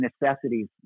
necessities